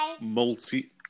Multi